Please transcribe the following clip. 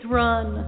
run